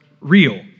real